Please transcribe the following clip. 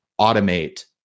automate